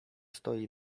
stoi